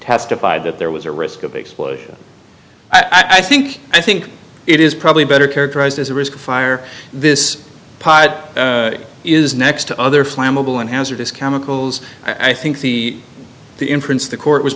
testified that there was a risk of explosion i think i think it is probably better characterized as a risk of fire this is next to other flammable and hazardous chemicals i think the inference the court was